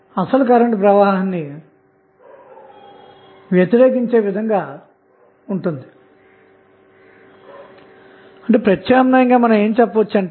చివరగా మీరుv0 యొక్క విలువ '0' ను పై సమీకరణంలో ఉంచినట్లయితే మనం 405va పొందుతాము